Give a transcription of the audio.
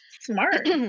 Smart